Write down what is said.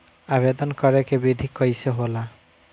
आवेदन करे के विधि कइसे होला?